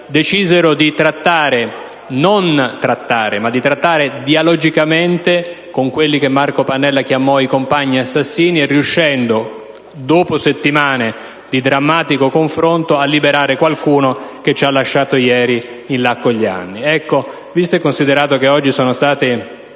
linea della fermezza decisero di trattare dialogicamente con quelli che Marco Pannella chiamò i «compagni assassini», riuscendo, dopo settimane di drammatico confronto, a liberare qualcuno che ci ha lasciato ieri, in là con gli anni. Visto e considerato che oggi sono state